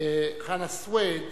חנא סוייד